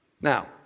Now